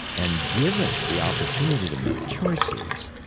and given the opportunity to make choices,